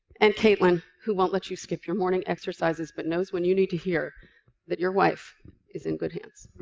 and caitlin, who won't let you skip your morning exercises but knows when you need to hear that your wife is in good hands.